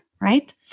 right